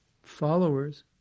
followers